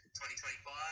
2025